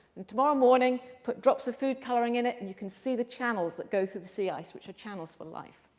and tomorrow morning, put drops of food coloring in it and you can see the channels that go through the sea ice which are channels for life.